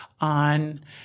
on